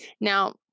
Now